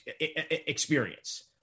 experience